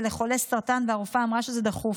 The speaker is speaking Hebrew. זה לחולה סרטן והרופאה אמרה שזה דחוף.